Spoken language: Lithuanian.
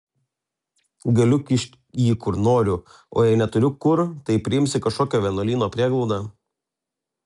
galiu kišt jį kur noriu o jei neturiu kur tai priims į kažkokio vienuolyno prieglaudą